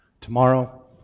tomorrow